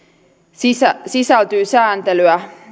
sisältyy sisältyy sääntelyä